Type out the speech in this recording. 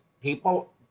people